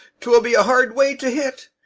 twill be a hard way to hit.